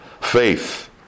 faith